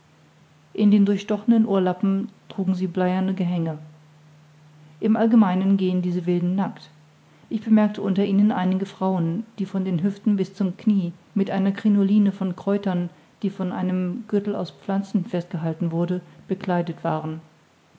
in den durchstochenen ohrlappen trugen sie bleierne gehänge im allgemeinen gehen diese wilden nackt ich bemerkte unter ihnen einige frauen die von den hüften bis zum kniee mit einer krinoline von kräutern die von einem gürtel aus pflanzen festgehalten wurde bekleidet waren